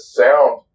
sound